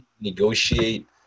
negotiate